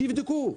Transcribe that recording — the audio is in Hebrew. שיבדקו.